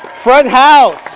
front house.